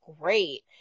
Great